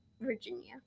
virginia